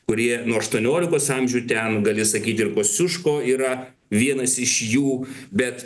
kurie nuo aštuoniolikos amžių ten gali sakyt ir kosciuško yra vienas iš jų bet